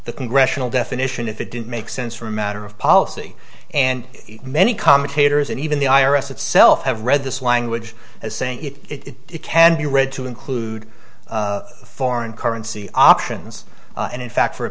the congressional definition if it didn't make sense for a matter of policy and many commentators and even the i r s itself have read this language as saying it can be read to include foreign currency options and in fact for a